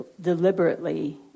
deliberately